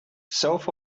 self